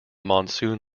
monsoon